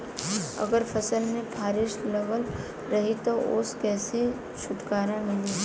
अगर फसल में फारेस्ट लगल रही त ओस कइसे छूटकारा मिली?